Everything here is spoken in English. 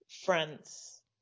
France